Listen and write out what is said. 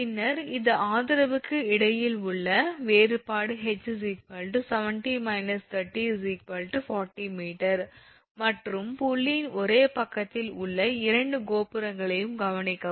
பின்னர் இது ஆதரவுக்கு இடையில் உள்ள வேறுபாடு ℎ 70−30 40 𝑚 மற்றும் புள்ளியின் ஒரே பக்கத்தில் உள்ள இரண்டு கோபுரங்களையும் கவனிக்கவும்